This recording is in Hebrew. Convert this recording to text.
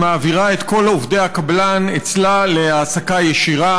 מעבירה את כל עובדי הקבלן אצלה להעסקה ישירה.